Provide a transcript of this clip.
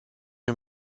mir